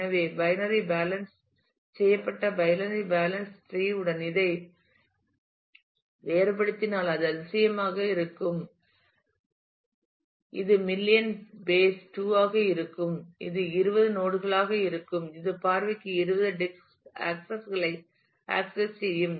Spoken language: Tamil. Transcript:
எனவே எனவே பைனரி பேலன்ஸ் செய்யப்பட்ட பைனரி டிரீ உடன் இதை வேறுபடுத்தினால் அது அதிசயமாக வேகமாக இருக்கும் இது மில்லியன் பேஸ் 2 ஆக இருக்கும் இது 20 நோட் களாக இருக்கும் இந்த பார்வைக்கு 20 டிஸ்க் ஆக்சஸ் களை ஆக்சஸ் செய்யும்